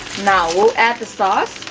now we'll add the sauce,